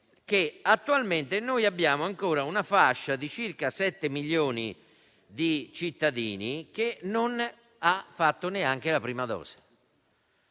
che attualmente si registra ancora una fascia di circa sette milioni di cittadini che non ha ricevuto neanche la prima dose